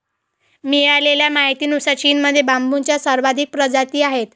मिळालेल्या माहितीनुसार, चीनमध्ये बांबूच्या सर्वाधिक प्रजाती आहेत